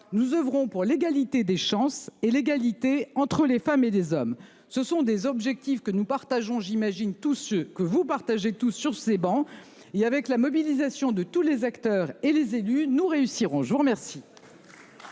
Nous oeuvrons pour l'égalité des chances et l'égalité entre les femmes et des hommes, ce sont des objectifs que nous partageons, j'imagine, tout ce que vous partagez tous sur ces bancs et avec la mobilisation de tous les acteurs et les élus nous réussirons. Je vous remercie.